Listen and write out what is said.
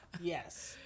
Yes